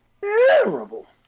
terrible